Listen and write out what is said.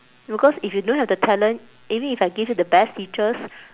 because if you don't have the talent even if I give you the best teachers